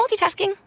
multitasking